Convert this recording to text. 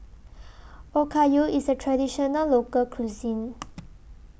Okayu IS A Traditional Local Cuisine